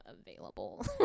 available